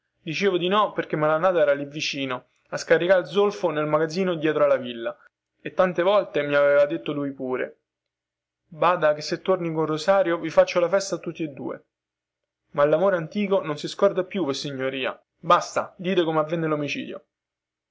dicevo di no perchè malannata era lì vicino a scaricar zolfo nel magazzino dietro la villa e tante volte mi aveva detto lui pure bada che se torni con rosario vi faccio la festa a tutti e due ma lamore antico non si scorda più vossignoria basta dite come avvenne lomicidio